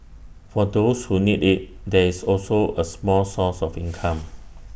for those who need IT there's also A small source of income